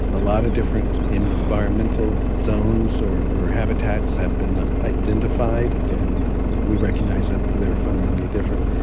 a lot of different environmental zones or or habitats have been identified, and we recognise that they are fundamentally different.